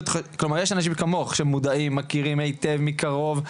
שמודעים ומכירים היטב ומקרוב,